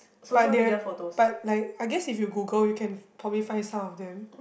but there but like I guess if you Google you can probably find some of them